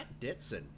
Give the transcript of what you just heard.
Ditson